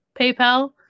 PayPal